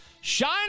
Shine